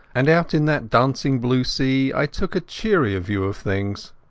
and out in that dancing blue sea i took a cheerier view of things.